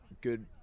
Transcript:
good